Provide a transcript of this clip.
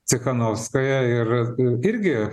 cichanovskaja ir irgi